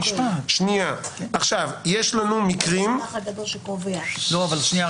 יש לנו מקרים ------ שנייה,